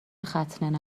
ختنه